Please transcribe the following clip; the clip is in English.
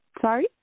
Sorry